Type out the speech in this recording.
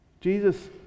Jesus